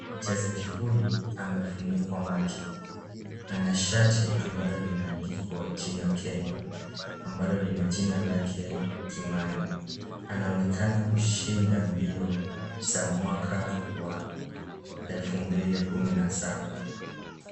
Mchezaji huyu amefunikwa macho. Ana shati ambalo limeandikwa jina Kenya, ambalo lina jina lake Kimani. Anaonekana kushinda mbio za mwaka wa elfu mbili kumi na saba.